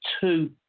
two